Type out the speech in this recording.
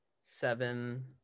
seven